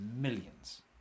millions